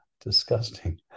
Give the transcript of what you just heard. disgusting